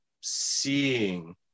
seeing